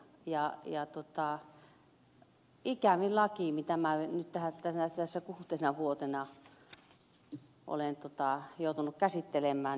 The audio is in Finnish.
ikävin laki mitä minä nyt tässä kuutena vuotena olen joutunut käsittelemään